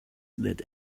that